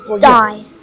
Die